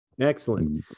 Excellent